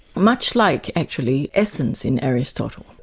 much like, actually, essence in aristotle.